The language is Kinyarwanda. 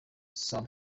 sam